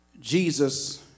Jesus